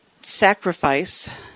sacrifice